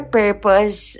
purpose